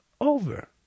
over